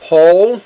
Paul